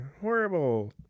horrible